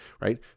Right